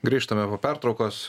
grįžtame po pertraukos